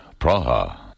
Praha